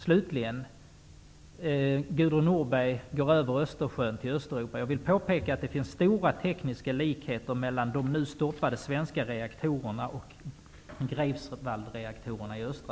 Slutligen: Gudrun Norberg går över Östersjön till Östeuropa. Jag vill påpeka att det finns stora tekniska likheter mellan de nu stoppade svenska reaktorerna och Greifswaldsreaktorerna i Östra